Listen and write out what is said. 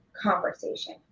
conversation